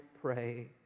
pray